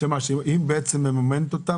היא מממנת אותם?